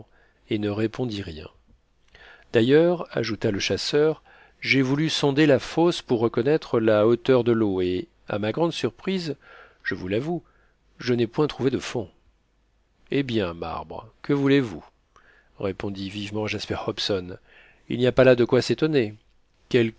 et ne répondit rien d'ailleurs ajouta le chasseur j'ai voulu sonder la fosse pour reconnaître la hauteur de l'eau et à ma grande surprise je vous l'avoue je n'ai point trouvé de fond eh bien marbre que voulez-vous répondit vivement jasper hobson il n'y a pas là de quoi s'étonner